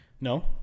No